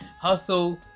Hustle